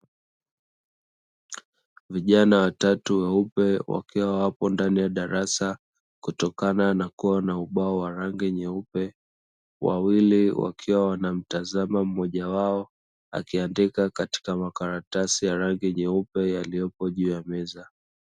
Vijana watatu weupe wakiwa wapo ndani ya darasa kutokana na kuwa ana ubao wa rangi nyeupe, wawili wakiwa wanamtazama mmoja wao akiandika katika makaratasi ya rangi nyeupe yaliyopo juu ya meza.